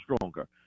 stronger